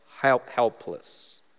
helpless